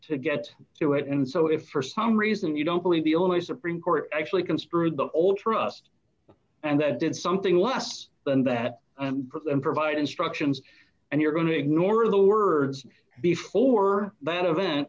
to get to it and so if for some reason you don't believe the only supreme court actually construed the whole trust and that did something less than that and provide instructions and you're going to ignore the words before but an event